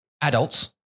adults